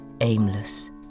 aimless